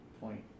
point